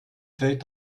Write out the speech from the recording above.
fait